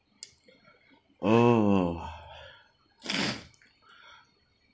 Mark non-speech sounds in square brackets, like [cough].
oh [noise]